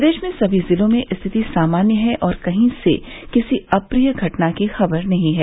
प्रदेश में सभी जिलों में स्थिति सामान्य है और कहीं से किसी अप्रिय घटना की खबर नहीं है